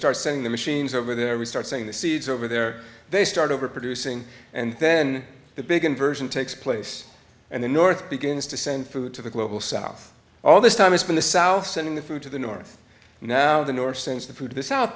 start seeing the machines over there we start seeing the seeds over there they start over producing and then the big inversion takes place and the north begins to send food to the global south all this time is from the south sending the food to the north now the